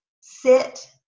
sit